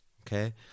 okay